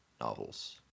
novels